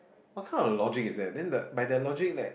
what kind of logic is there then the by their logic that